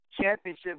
championship